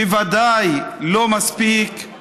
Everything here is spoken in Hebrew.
בוודאי לא מספיק,